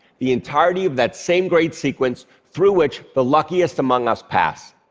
the entirety of that same great sequence through which the luckiest among us pass.